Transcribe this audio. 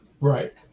Right